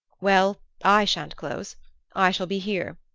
well, i sha'n't close i shall be here,